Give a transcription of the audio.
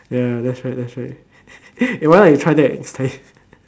ya that's right that's right why not we try that